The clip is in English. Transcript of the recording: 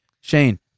Shane